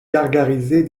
gargarisez